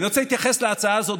אני רוצה להתייחס להצעה הזאת.